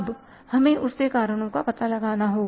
अब हमें उसके कारणों का पता लगाना होगा